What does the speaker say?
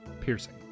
Piercing